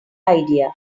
idea